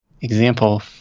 example